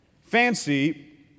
Fancy